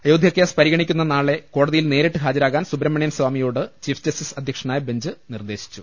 Ayodhya case പരിഗണി ക്കുന്ന നാളെ കോടതിയിൽ നേരിട്ട് ഹാജരാകാൻ സുബ്രഹ്മണ്യൻ സ്വാമിയോട് ചീഫ് ജസ്റ്റിസ് അധ്യക്ഷനായ ബെഞ്ച് നിർദേശിച്ചു